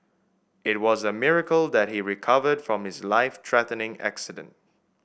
it was a miracle that he recovered from his life threatening accident